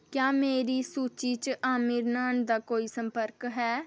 क्या मेरी सूची च आमिर नांऽ दा कोई संर्पक है